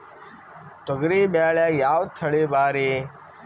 ತೊಗರಿ ಬ್ಯಾಳ್ಯಾಗ ಯಾವ ತಳಿ ಭಾರಿ?